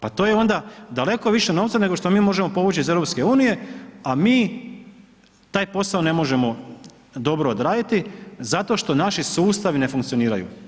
Pa to je onda daleko više novca nego što mi možemo povući iz EU, a mi taj posao ne možemo dobro odraditi zašto što naši sustavi ne funkcioniraju.